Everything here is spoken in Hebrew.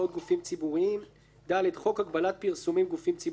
ציבוריים; (ד) חוק הגבלת פרסומים (גופים ציבוריים),